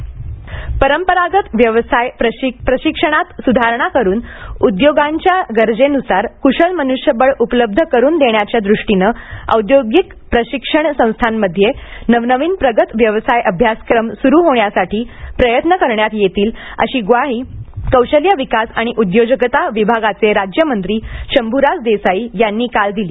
शंभराजे देसाई परंपरागत व्यवसाय प्रशिक्षणात सुधारणा करुन उद्योगांच्या गरजेनुसार कुशल मनुष्यबळ उपलब्ध करुन देण्याच्या दृष्टीनं औद्योगिक प्रशिक्षण संस्थांमध्ये नवनवीन प्रगत व्यवसाय अभ्यासक्रम सुरु होण्यासाठी प्रयत्न करण्यात येतील अशी ग्वाही कौशल्य विकास आणि उद्योजकता विभागाचे राज्यमंत्री शंभुराज देसाई यांनी काल दिली